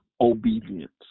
obedience